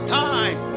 time